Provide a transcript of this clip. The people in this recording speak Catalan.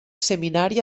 seminari